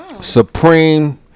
Supreme